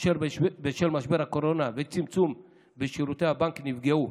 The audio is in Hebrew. אשר בשל משבר הקורונה וצמצום שירותי הבנקים נפגעו.